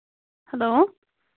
hello